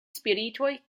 spiritoj